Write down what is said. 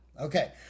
Okay